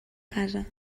casa